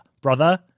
brother